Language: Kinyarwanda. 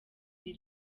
iri